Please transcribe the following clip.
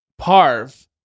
Parv